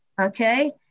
okay